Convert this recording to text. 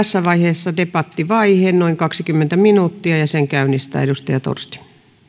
tässä vaiheessa debattivaihe noin kaksikymmentä minuuttia ja sen käynnistää edustaja torsti